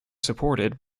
supported